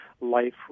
life